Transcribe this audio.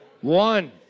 One